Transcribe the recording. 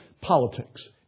Politics